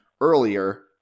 earlier